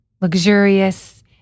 luxurious